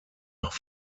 nach